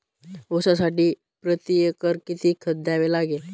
ऊसासाठी प्रतिएकर किती खत द्यावे लागेल?